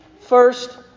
first